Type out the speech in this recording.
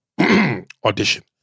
Audition